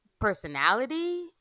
personality